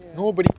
ya